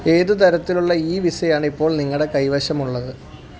ഏത് തരത്തിലുള്ള e visa ആണ് ഇപ്പോൾ നിങ്ങളുടെ കൈവശമുള്ളത്